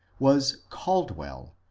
was caldwell,